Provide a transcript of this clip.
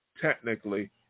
technically